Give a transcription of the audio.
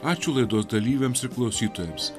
ačiū laidos dalyviams ir klausytojams